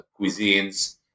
cuisines